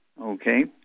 okay